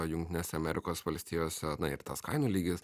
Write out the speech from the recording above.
jungtinėse amerikos valstijose na ir tas kainų lygis